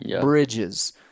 Bridges